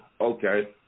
Okay